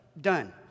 Done